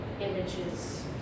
images